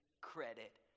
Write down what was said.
credit